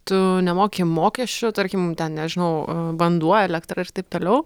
tu nemoki mokesčių tarkim ten nežinau vanduo elektra ir taip toliau